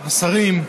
השרים,